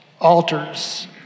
altars